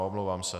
Omlouvám se.